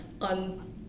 on